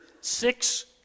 Six